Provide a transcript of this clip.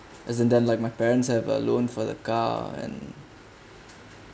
isn't that like my parents have a loan for the car and